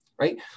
right